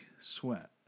sweat